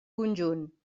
conjunt